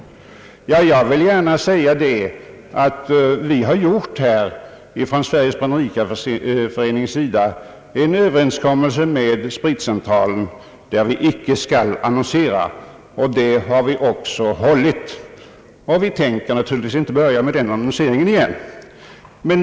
Jag vill gärna framhålla att vi från Sveriges bränneriidkareförenings sida har träffat en överenskommelse med Vin & spritcentralen som innebär att vi icke skall annonsera, och det löftet har vi också hållit. Vi tänker naturligtvis inte börja med någon annonsering igen.